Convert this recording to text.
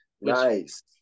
Nice